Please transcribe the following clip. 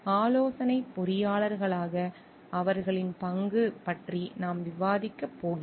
ஆலோசனை பொறியாளர்களாக அவர்களின் பங்கு பற்றி நாம் விவாதிக்கப் போகிறோம்